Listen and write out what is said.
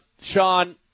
Sean